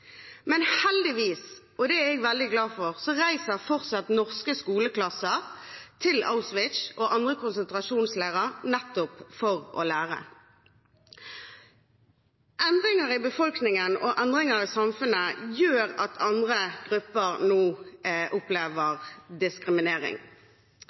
men heldigvis, og det er jeg veldig glad for, reiser fortsatt norske skoleklasser til Auschwitz og andre konsentrasjonsleirer nettopp for å lære. Endringer i befolkningen og endringer i samfunnet gjør at andre grupper nå